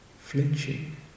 flinching